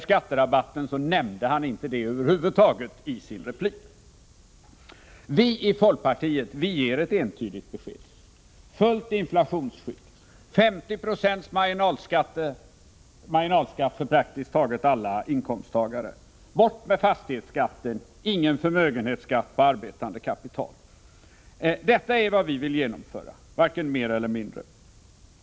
Skatterabatten nämnde han över huvud taget inte i sin replik. Vi i folkpartiet ger emellertid ett entydigt besked: fullt inflationsskydd, 50 26 marginalskatt för praktiskt taget alla inkomsttagare, bort med fastighetsskatten och ingen förmögenhetsskatt på arbetande kapital. Det är vad vi vill genomföra, varken mer eller mindre.